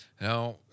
Now